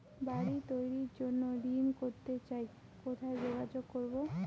বাড়ি তৈরির জন্য ঋণ করতে চাই কোথায় যোগাযোগ করবো?